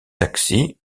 taxis